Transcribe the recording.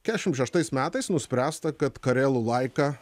kešimt šeštais metais nuspręsta kad karelų laika